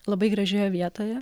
labai gražioje vietoje